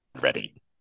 ready